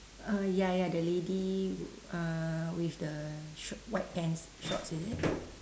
uh ya ya the lady uh with the short white pants shorts is it